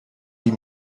die